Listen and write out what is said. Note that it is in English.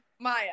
Maya